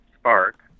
Spark